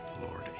lord